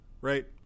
right